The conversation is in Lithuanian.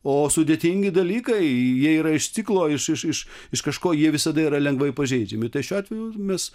o sudėtingi dalykai jie yra iš ciklo iš iš iš kažko jie visada yra lengvai pažeidžiami šiuo atveju mes